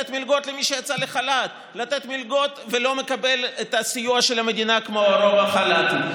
לתת מלגות למי שיצא לחל"ת ולא מקבל את הסיוע של המדינה כמו רוב החל"תים,